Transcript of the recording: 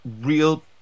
real